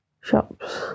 shops